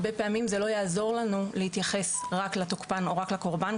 הרבה פעמים לא יעזור לנו להתייחס רק לתוקפן או רק לקורבן,